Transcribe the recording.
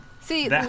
see